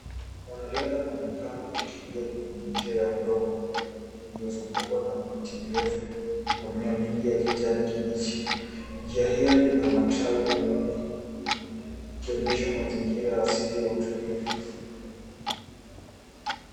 Wanariadha wanaonekana wakikimbia kwenye njia ya udongo. Wamezungukwa na miti mirefu pamoja na uoto wa kijani kibichi. Njia hiyo imepambwa na matawi na majani, ikionyesha mazingira asilia yenye utulivu.